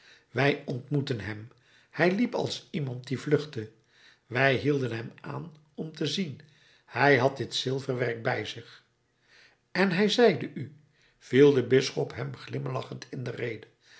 wij ontmoetten hem hij liep als iemand die vluchtte wij hielden hem aan om te zien hij had dit zilverwerk bij zich en hij zeide u viel de bisschop hem glimlachend in de rede